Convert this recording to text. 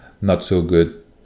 not-so-good